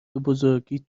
بزرگیت